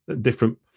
different